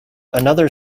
another